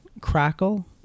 Crackle